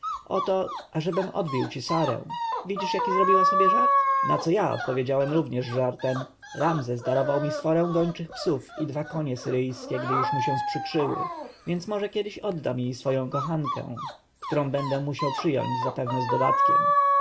oto ażebym odbił ci sarę widzisz jaki zrobiła sobie żart na co ja odpowiedziałem równie żartem ramzes darował mi sforę gończych psów i dwa konie syryjskie gdy mu się sprzykrzyły może więc kiedyś odda mi i swoją kochankę którą będę musiał przyjąć zapewne z dodatkiem